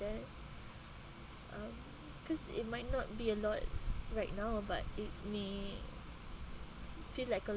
that um cause it might not be a lot right now but it may feel like a